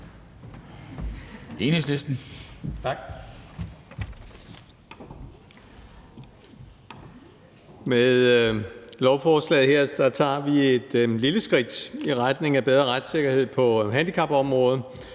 Med lovforslaget her tager vi et lille skridt i retning af bedre retssikkerhed på handicapområdet